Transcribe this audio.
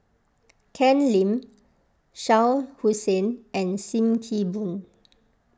Ken Lim Shah Hussain and Sim Kee Boon